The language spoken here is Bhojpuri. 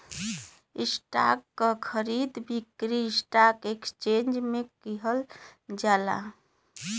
स्टॉक क खरीद बिक्री स्टॉक एक्सचेंज में किहल जाला